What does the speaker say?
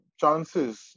chances